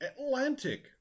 Atlantic